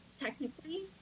technically